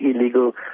illegal